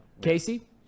Casey